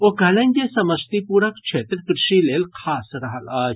ओ कहलनि जे समस्तीपुरक क्षेत्र कृषि लेल खास रहल अछि